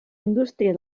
indústria